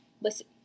listen